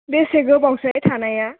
बेसे गोबावसै थानाया